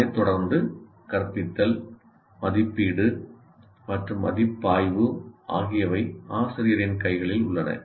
அதைத் தொடர்ந்து கற்பித்தல் மதிப்பீடு மற்றும் மதிப்பாய்வு ஆகியவை ஆசிரியரின் கைகளில் உள்ளன